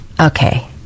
okay